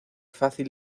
fácil